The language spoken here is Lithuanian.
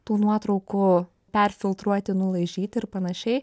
tų nuotraukų perfiltruoti nulaižyti ir panašiai